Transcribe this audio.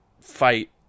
fight